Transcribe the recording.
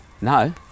no